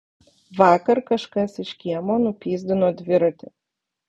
vakar kažkas iš kiemo nupyzdino dviratį